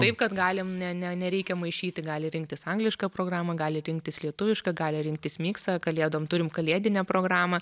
taip kad galim ne ne nereikia maišyti gali rinktis anglišką programą gali rinktis lietuvišką gali rinktis miksą kalėdom turim kalėdinę programą